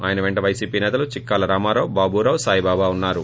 ఆయన పెంట వైసీపీ నేతలు చిక్కాల రామారావు బాబురావు సాయిబాబా ఉన్నారు